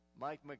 Mike